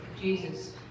Jesus